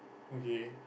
okay